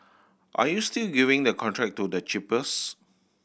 are you still giving the contract to the cheapest